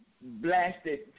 blasted